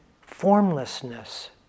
formlessness